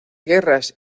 guerras